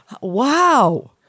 Wow